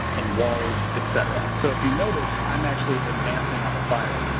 in walls, etcetera. so if you notice, i'm actually advancing on the fire.